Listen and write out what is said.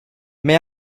may